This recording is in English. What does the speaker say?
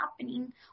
happening